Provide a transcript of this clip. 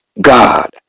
God